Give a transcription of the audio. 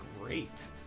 great